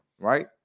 right